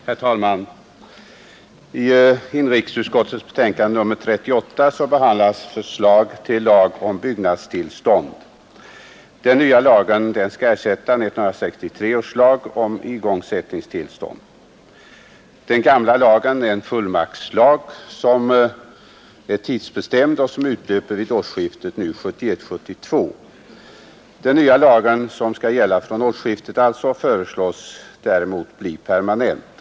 Nr 152 ; Herr talman! I JOTiFESULSKO NERE betänkande nr 38 DENSHUTAR förslag Fredagen den till lag om byggnadstillstånd. Den nya lagen skall ersätta 1963 års lag om 17 december 1971 igångsättningstillstånd. Denna gamla lag är en fullmaktslag, som är ——— tidsbestämd och som utlöper vid årsskiftet 1971/1972. Den nya lagen 148 om byggnadssom skall gälla från årsskiftet föreslås däremot bli permanent.